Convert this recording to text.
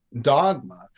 dogma